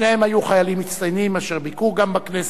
שניהם חיילים מצטיינים, אשר ביקרו גם בכנסת,